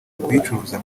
kuyicuruza